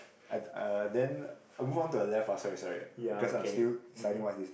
I uh then move on to the left ah sorry sorry because I'm still deciding what is this